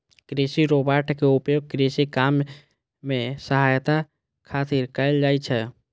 कृषि रोबोट के उपयोग कृषि काम मे सहायता खातिर कैल जाइ छै